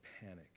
panic